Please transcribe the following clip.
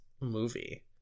movie